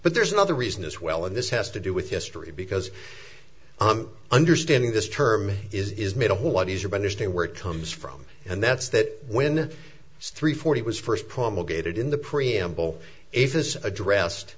but there's another reason as well and this has to do with history because i'm understanding this term is made a whole lot easier understand where it comes from and that's that when three forty was first promulgated in the preamble if